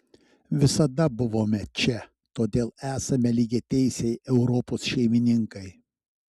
visada buvome čia todėl esame lygiateisiai europos šeimininkai